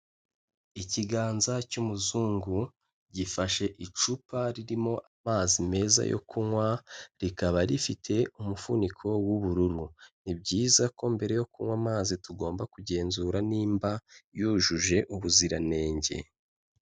Ikiganza cy'umuzungu gifashe icupa ririmo amazi meza yo kunywa, rikaba rifite umufuniko w'ubururu, ni byiza ko mbere yo kunywa amazi tugomba kugenzura nimba yujuje ubuziranenge.